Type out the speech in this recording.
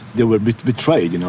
they were betrayed, you know